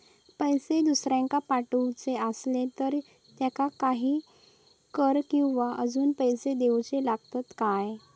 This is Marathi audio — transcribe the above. पैशे दुसऱ्याक पाठवूचे आसले तर त्याका काही कर किवा अजून पैशे देऊचे लागतत काय?